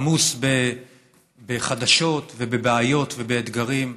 עמוס בחדשות ובבעיות ובאתגרים.